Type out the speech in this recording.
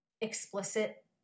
explicit